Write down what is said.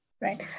Right